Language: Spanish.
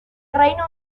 reino